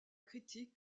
critique